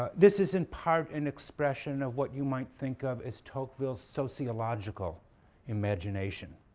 ah this is in part an expression of what you might think of as tocqueville's sociological imagination.